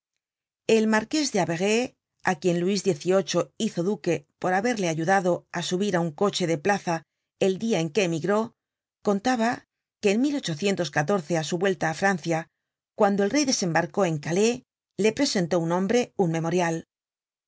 el marqués de avaray á quien luis xviii hizo duque por haberle ayudado á subir á un coche de plaza el dia en que emigró contaba que en á su vuelta á francia cuando el rey desembarcó en calais le presentó un hombre un memorial qué